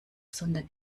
sondern